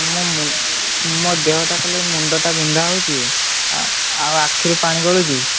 ମୋ ମୁଁ ମୋ ଦେହଟା ଖାଲି ମୁଣ୍ଡଟା ବିନ୍ଧା ହେଉଛି ଆଉ ଆଖିରୁ ପାଣି ଗଳୁଛି